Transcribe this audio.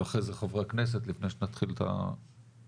ואחרי זה חברי הכנסת לפני שנתחיל את הדיון.